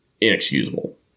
inexcusable